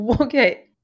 okay